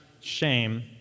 shame